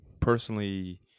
personally